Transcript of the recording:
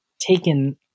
taken